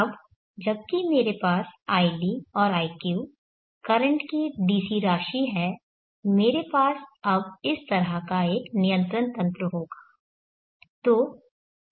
अब जबकि मेरे पास id और iq करंट की DC राशि है मेरे पास अब इस तरह का एक नियंत्रण तंत्र होगा